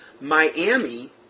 Miami